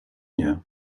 nie